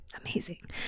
Amazing